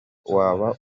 waba